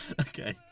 Okay